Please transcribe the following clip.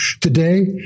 Today